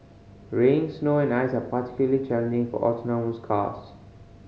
rain snow and ice are particularly challenging for autonomous cars